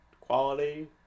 quality